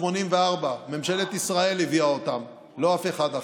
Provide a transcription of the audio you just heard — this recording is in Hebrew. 1,884. ממשלת ישראל הביאה אותם, לא אף אחד אחר.